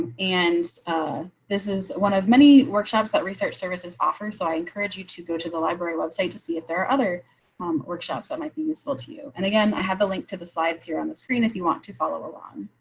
and this is one of many workshops that research services offer. so i encourage you to go to the library website to see if there are other um workshops that might be useful to you. and again, i have the link to the slides here on the screen. if you want to follow along.